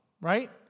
right